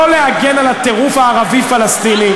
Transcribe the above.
לא להגן על הטירוף הערבי-פלסטיני,